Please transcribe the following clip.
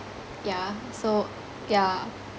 yeah so yeah